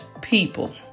people